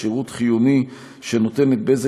שירות חיוני שנותנת בזק,